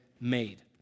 made